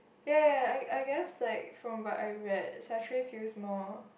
ya ya ya I I guess like from what I read Satray feels more